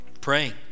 praying